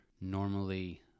normally